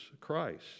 Christ